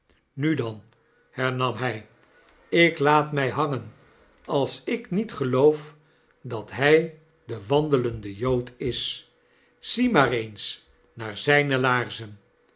nu dan hernam hjj ik laat my hangen als ik niet geloof dat hij de wandelende jood is zie maar eens naar zijne laarzen